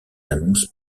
annonces